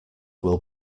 will